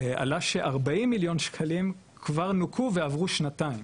עלה ש- 40 מיליון שקלים כבר נוכו ועברו שנתיים,